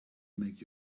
make